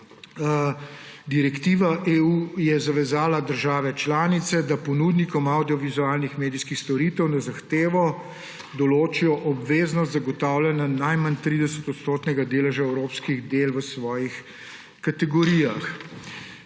Direktiva EU je zavezala države članice, da ponudnikom avdiovizualnih medijskih storitev na zahtevo določijo obveznost zagotavljanja najmanj 30-odstotnega deleža evropskih del v svojih kategorijah.